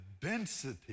density